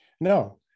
No